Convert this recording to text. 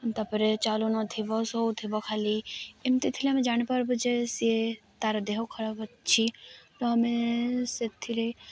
ତା'ପରେ ଚାଲୁ ନଥିବ ଶୋଉ ଥିବ ଖାଲି ଏମିତି ଥିଲେ ଆମେ ଜାଣିପାରିବୁ ଯେ ସିଏ ତାର ଦେହ ଖରାପ ଅଛି ତ ଆମେ ସେଥିରେ